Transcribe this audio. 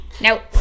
Nope